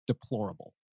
deplorable